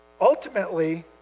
ultimately